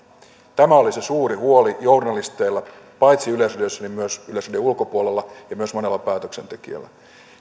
tämä oli se suuri huoli journalisteilla paitsi yleisradiossa myös yleisradion ulkopuolella ja myös monella päätöksentekijällä